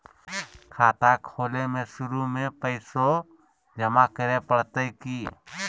खाता खोले में शुरू में पैसो जमा करे पड़तई की?